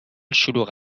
شلوغ